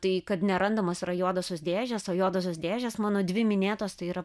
tai kad nerandamos yra juodosios dėžės o juodosios dėžės mano dvi minėtos tai yra